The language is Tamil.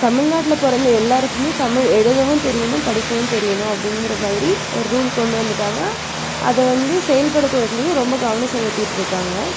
தமிழ்நாட்டில் பொறந்த எல்லாருக்குமே தமிழ் எழுதவும் தெரியணும் படிக்கவும் தெரியணும் அப்படின்ங்கிற மாதிரி ஒரு ரூல் கொண்டு வந்துவிட்டாங்க அதை வந்து செயல்படுத்துறதுலையும் ரொம்ப கவனம் செலுத்திட்டுருக்காங்க